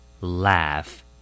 Laugh